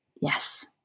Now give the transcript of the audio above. Yes